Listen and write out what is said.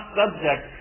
subject